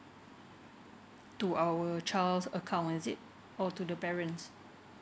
to our child's account is it or to the parents